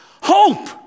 hope